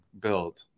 build